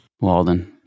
Walden